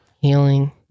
healing